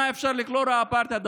למה אפשר לקרוא אפרטהייד,